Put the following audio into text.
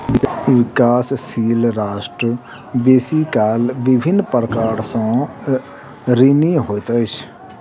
विकासशील राष्ट्र बेसी काल विभिन्न प्रकार सँ ऋणी होइत अछि